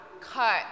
cut